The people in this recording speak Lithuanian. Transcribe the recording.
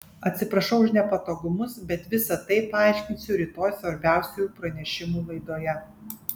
atsiprašau už nepatogumus bet visa tai paaiškinsiu rytoj svarbiausių pranešimų laidoje